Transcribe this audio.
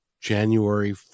January